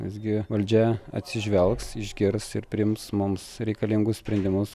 visgi valdžia atsižvelgs išgirs ir priims mums reikalingus sprendimus